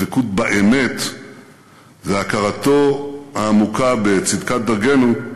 הדבקות באמת והכרתו העמוקה בצדקת דרכנו,